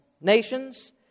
nations